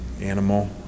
animal